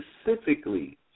specifically